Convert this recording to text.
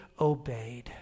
obeyed